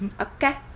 okay